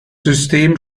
system